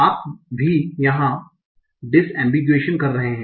आप भी यहाँ डिसएम्बिगुएशन कर रहे हैं